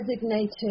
designated